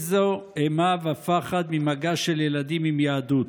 איזה אימה ופחד ממגע של ילדים עם יהדות.